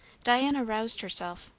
diana roused herself.